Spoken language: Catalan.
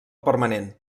permanent